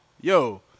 yo